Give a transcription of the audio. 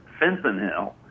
fentanyl